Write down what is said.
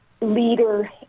leader